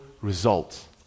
results